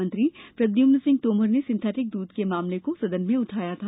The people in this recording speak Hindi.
मंत्री प्रदुम्मन सिंह तोमर ने सिंथैटिक दूध के मामले को सदन में उठाया था